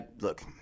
look